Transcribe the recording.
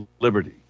liberty